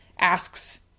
asks